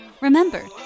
Remember